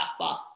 softball